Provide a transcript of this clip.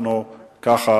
ככה